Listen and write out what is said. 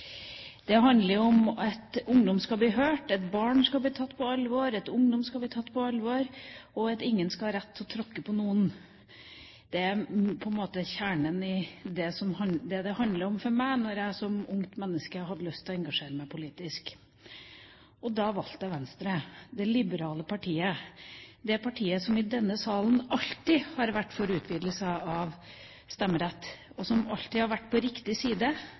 Det handler om at ungdom skal bli hørt, at barn skal bli tatt på alvor, at ungdom skal bli tatt på alvor, og at ingen skal ha rett til å tråkke på noen. Det er kjernen i det det handlet om for meg, da jeg som ungt menneske hadde lyst til å engasjere meg politisk. Da valgte jeg Venstre, det liberale partiet, det partiet som i denne salen alltid har vært for utvidelse av stemmerett, og som alltid har vært på riktig side